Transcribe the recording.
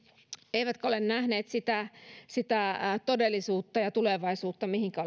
eivätkä ole nähneet sitä sitä todellisuutta ja tulevaisuutta mihinkä